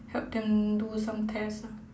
help them do some tests ah